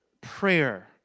prayer